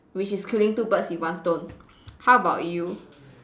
which is killing two birds in one stone how about you